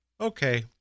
okay